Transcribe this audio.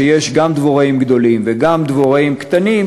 שיש גם דבוראים גדולים וגם דבוראים קטנים,